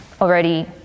already